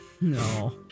No